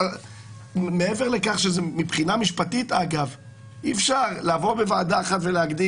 מעבר לכך שמבחינה משפטית אי אפשר לעבור בוועדה אחת ולהגיד,